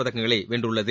பதக்கங்களை வென்றுள்ளது